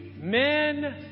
men